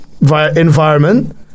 environment